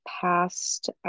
past